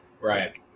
Right